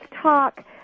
talk